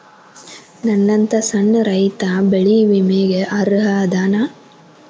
ನನ್ನಂತ ಸಣ್ಣ ರೈತಾ ಬೆಳಿ ವಿಮೆಗೆ ಅರ್ಹ ಅದನಾ?